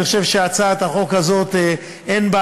אני חושב שלהצעת החוק הזאת אין,